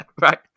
right